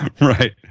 Right